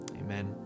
Amen